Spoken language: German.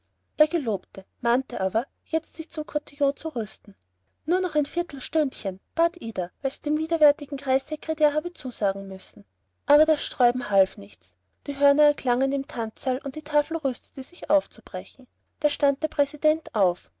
er gelobte mahnte aber jetzt sich zum kotillon zu rüsten nur noch ein viertelstündchen bat ida weil sie dem widerwärtigen kreissekretär habe zusagen müssen aber das sträuben half nichts die hörner erklangen im tanzsaal und die tafel rüstete sich aufzubrechen da stand der präsident auf